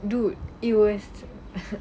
dude it was